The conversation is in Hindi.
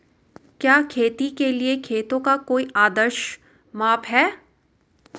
क्या खेती के लिए खेतों का कोई आदर्श माप है?